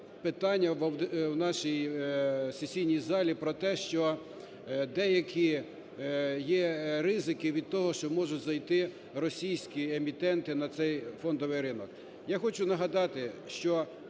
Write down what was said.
питання в нашій сесійній залі про те, що деякі є ризики від того, що можуть зайти російські емітенти на цей фондовий ринок.